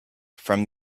from